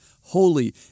holy